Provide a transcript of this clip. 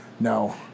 No